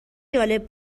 جالب